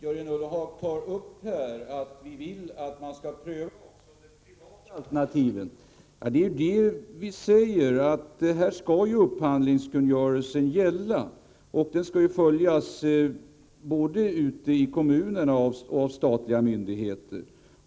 Herr talman! Jörgen Ullenhag vill att vi även prövar de privata alternativen. Vi säger ju att upphandlingskungörelsen skall gälla här. Den skall följas av både kommunerna och de statliga myndigheterna.